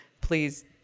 please